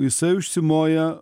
jisai užsimoja